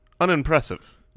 unimpressive